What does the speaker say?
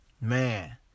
man